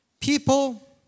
People